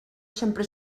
sempre